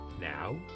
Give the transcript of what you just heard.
now